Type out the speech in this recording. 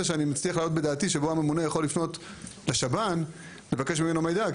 שאני מצליח להעלות בדעתי שבה הממונה יכול לפנות לשב"ן לבקש ממנו מידע,